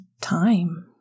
time